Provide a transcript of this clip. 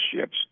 ships